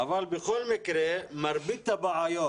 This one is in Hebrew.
בכל מקרה, מרבית הבעיות